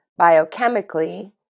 biochemically